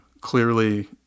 clearly